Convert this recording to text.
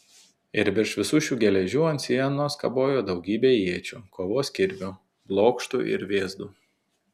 ir virš visų šių geležių ant sienos kabojo daugybė iečių kovos kirvių blokštų ir vėzdų